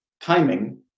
timing